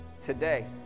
today